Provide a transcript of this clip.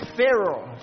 Pharaoh